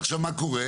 עכשיו מה קורה?